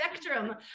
spectrum